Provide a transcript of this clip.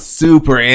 super